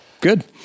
Good